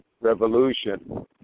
revolution